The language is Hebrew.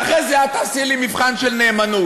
ואחרי זה את תעשי לי מבחן של נאמנות,